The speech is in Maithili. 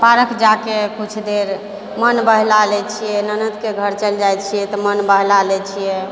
पारक जाकऽ किछु देर मोन बहला लै छिए ननदके घर चलि जाइ छिए मोन बहला लै छिए